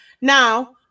Now